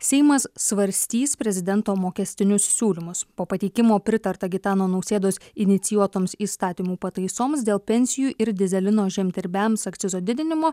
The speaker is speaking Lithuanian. seimas svarstys prezidento mokestinius siūlymus po pateikimo pritarta gitano nausėdos inicijuotoms įstatymų pataisoms dėl pensijų ir dyzelino žemdirbiams akcizo didinimo